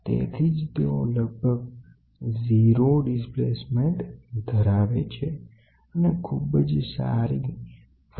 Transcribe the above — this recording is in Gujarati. તેથી જ તેઓ લગભગ 0 સ્થાનાંતર ધરાવે છે અને ખૂબ જ સારી આવૃત્તિ નો ગ્રાફ મળે છે